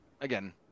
again